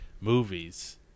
movies